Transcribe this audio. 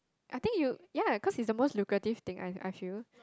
I think you ya because is the most lucrative thing I I feel